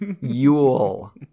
Yule